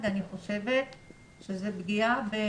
אני חושבת שזו פגיעה.